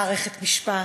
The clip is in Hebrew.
מערכת משפט,